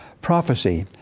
Prophecy